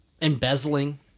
embezzling